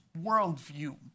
worldview